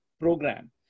program